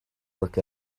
work